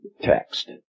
text